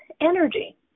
energy